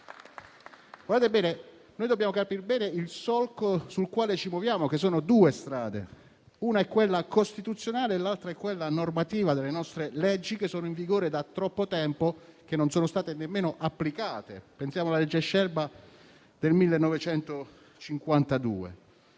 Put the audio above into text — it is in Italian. Dobbiamo capire bene il solco sul quale ci muoviamo, che è costituito da due strade: una è quella costituzionale, l'altra è quella normativa delle nostre leggi che sono in vigore da troppo tempo e non sono state nemmeno applicate. Pensiamo alla legge 20 giugno 1952,